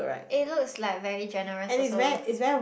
eh looks like very generous also